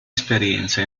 esperienza